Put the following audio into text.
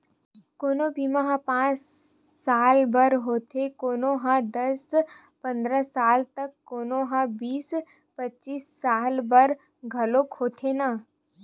कोनो बीमा ह पाँच साल बर होथे, कोनो ह दस पंदरा साल त कोनो ह बीस पचीस साल बर घलोक होथे न